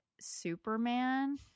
Superman